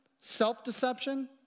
self-deception